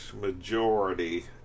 majority